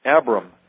Abram